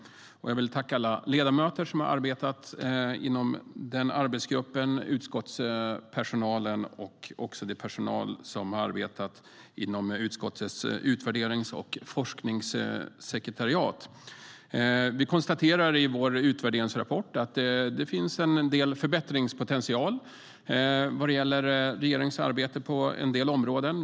Jag vill tacka alla ledamöter som har arbetat inom arbetsgruppen, utskottspersonalen och även den personal som arbetat inom utskottets utvärderings och forskningssekretariat. Vi konstaterar i vår utvärderingsrapport att det finns en del förbättringspotential vad gäller regeringens arbete på vissa områden.